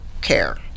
care